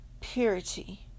purity